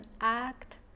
act